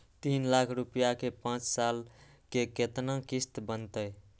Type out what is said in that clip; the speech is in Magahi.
तीन लाख रुपया के पाँच साल के केतना किस्त बनतै?